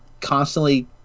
constantly